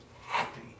happy